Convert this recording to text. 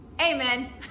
amen